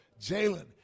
Jalen